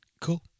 Cool